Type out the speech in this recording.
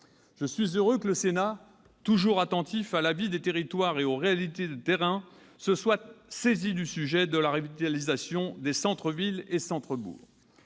Je suis heureux que le Sénat, toujours attentif à la vie des territoires et aux réalités de terrain, se soit saisi du sujet de la revitalisation des centres-villes et centres-bourgs.